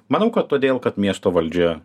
manau kad todėl kad miesto valdžia